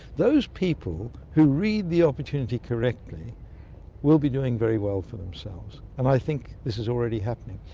those people who read the opportunity correctly will be doing very well for themselves, and i think this is already happening.